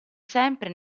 sempre